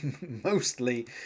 mostly